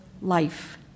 life